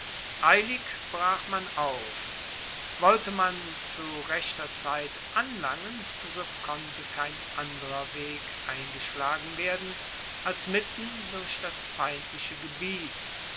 eilig brach man auf wollte man zu rechter zeit anlangen so konnte kein anderer weg eingeschlagen werden als mitten durch das feindliche gebiet